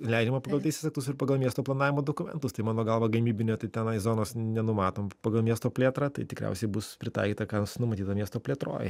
leidžiama pagal teisės aktus ir pagal miesto planavimo dokumentus tai mano galva gamybinio tenai zonos nenumatom pagal miesto plėtrą tai tikriausiai bus pritaikyta kas numatyta miesto plėtroje